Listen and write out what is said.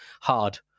hard